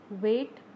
wait